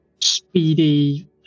speedy